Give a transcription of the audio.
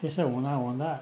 त्यसो हुँदाहुँदा